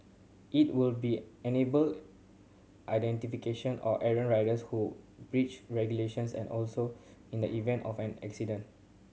it will be enable identification of errant riders who breach regulations and also in the event of an accident